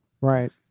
Right